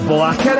Black &